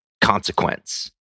consequence